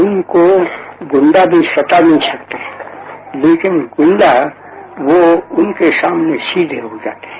उनको गुंडा भी सता नहीं सकते लेकिन गुंडा वो उनके सामने सीधे हो जाते हैं